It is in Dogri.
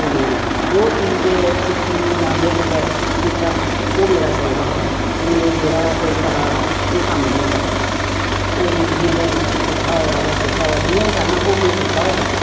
एह् रेह् जो चीज सिक्खी जां जो कुसै कीता ओह् मेरा शौक हा कि मैं ओह् जेह्ड़ा कोई करा दा एह् कम्म में करां ओह् मैं जियां में पुट्ठा होएआ जाां सिद्धा होएआ जियां गै करना ओह् मैं कीता गै कीता